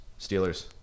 Steelers